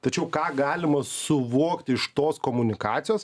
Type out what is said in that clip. tačiau ką galima suvokti iš tos komunikacijos